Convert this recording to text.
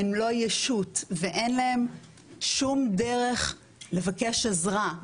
הם לא ישות ואין להם שום דרך לבקש עזרה.